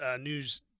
news